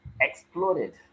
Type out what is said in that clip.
exploded